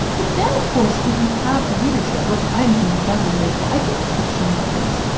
but then, of course, if you have a readership look, i am incredibly grateful. i think fiction writers,